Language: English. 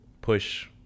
push